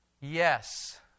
Yes